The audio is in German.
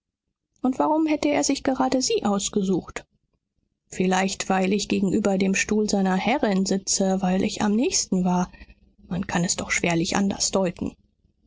und warum hätte er sich gerade sie ausgesucht vielleicht weil ich gegenüber dem stuhl seiner herrin sitze weil ich am nächsten war man kann es doch schwerlich anders deuten